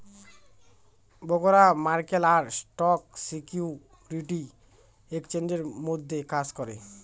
ব্রোকাররা মক্কেল আর স্টক সিকিউরিটি এক্সচেঞ্জের মধ্যে কাজ করে